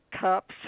Cups